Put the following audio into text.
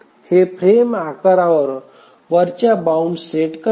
हे फ्रेम आकारावर वरच्या बाउंड सेट करते